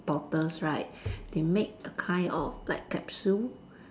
bottles right they make a kind of like capsule